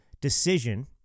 decision